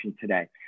today